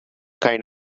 kind